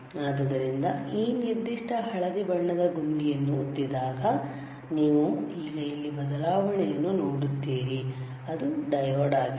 ಆದ್ದರಿಂದ ಈ ನಿರ್ದಿಷ್ಟ ಹಳದಿ ಬಣ್ಣದ ಗುಂಡಿಯನ್ನು ಒತ್ತಿದಾಗ ನೀವು ಈಗ ಇಲ್ಲಿ ಬದಲಾವಣೆಯನ್ನು ನೋಡುತ್ತೀರಿ ಅದು ಡಯೋಡ್ ಆಗಿದೆ